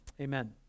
amen